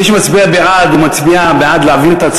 אני מדגיש עוד פעם לחברי הרבים זה מכבר,